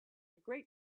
great